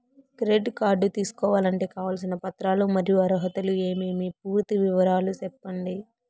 Credit card తీసుకోవాలంటే కావాల్సిన పత్రాలు మరియు అర్హతలు ఏమేమి పూర్తి వివరాలు సెప్పండి?